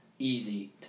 easy